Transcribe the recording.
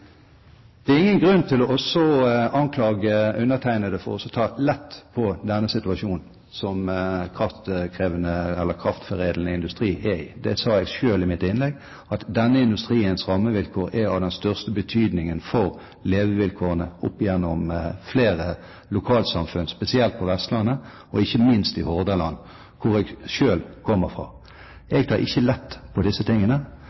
Det er ingen grunn til å anklage undertegnede for å ta lett på den situasjonen som kraftforedlende industri er i. Jeg sa selv i mitt innlegg at denne industriens rammevilkår er av den største betydning for levevilkårene i flere lokalsamfunn, spesielt på Vestlandet, og ikke minst i Hordaland, hvor jeg selv kommer fra. Jeg tar ikke lett på disse tingene.